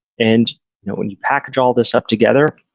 and you know when you package all this up together,